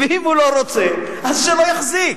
ואם הוא לא רוצה, אז שלא יחזיק.